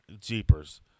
Jeepers